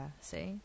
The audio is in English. see